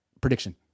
prediction